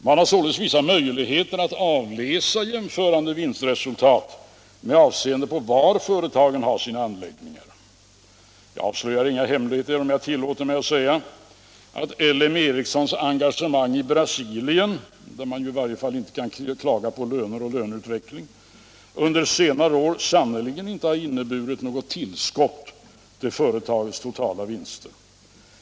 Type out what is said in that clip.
Man har således vissa möjligheter att avläsa jämförande vinstresultat med avseende på var företagen har sina anläggningar. Jag avslöjar inga hemligheter om jag tillåter mig att säga att LM Ericssons engagemang i Brasilien, där man i varje fall inte kan klaga på höga löner, under senare år sannerligen inte har inneburit något tillskott till företagets totala vinster.